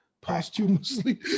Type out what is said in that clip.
posthumously